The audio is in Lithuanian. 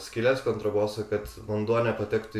skyles kontraboso kad vanduo nepatektų